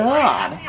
God